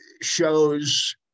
shows